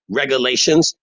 regulations